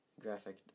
Graphic